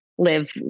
live